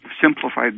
simplified